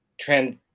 trend